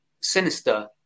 sinister